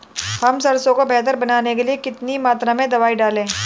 हम सरसों को बेहतर बनाने के लिए कितनी मात्रा में दवाई डालें?